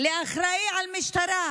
לאחראי למשטרה,